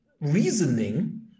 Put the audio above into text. reasoning